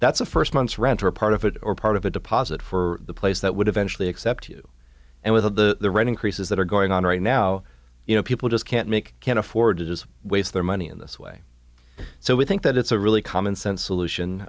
that's a first month's rent or part of it or part of a deposit for the place that would eventually accept you and with the red increases that are going on right now you know people just can't make can't afford to do is waste their money in this way so we think that it's a really common sense solution